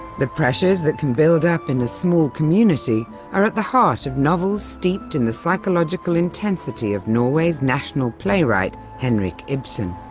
the pressures that can build up in a small community are at the heart of novels steeped in the psychological intensity of norway's national playwright henrik ibsen.